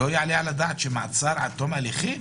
שלא יעלה על הדעת שמעצר עד תום ההליכים